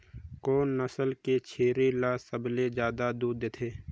कोन नस्ल के छेरी ल सबले ज्यादा दूध देथे?